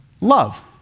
love